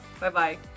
Bye-bye